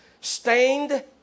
stained